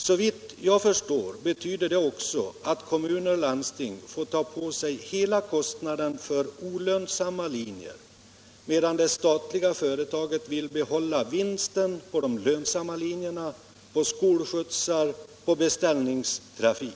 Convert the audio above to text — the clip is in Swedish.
Såvitt jag förstår betyder det också att kommuner och landsting får ta på sig hela kostnaden för olönsamma linjer medan det statliga företaget vill behålla vinsten på de lönsamma linjerna, på skolskjutsar och på beställningstrafik.